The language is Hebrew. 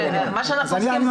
אני ממשיך, עוד לא סיימתי.